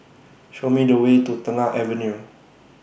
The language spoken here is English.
Show Me The Way to Tengah Avenue